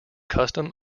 custom